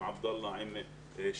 עם עבדאללה חטיב ועם שרף,